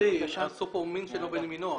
גברתי, עשו פה מין בשאינו מינו.